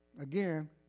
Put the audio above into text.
again